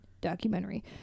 documentary